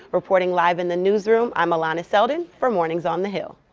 reporting live in the newsroom, i'm alana seldon for mornings on the hill.